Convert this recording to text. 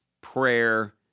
prayer